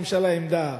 חבל שאין לממשלה עמדה,